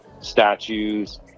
statues